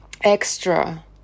extra